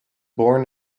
born